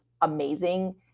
amazing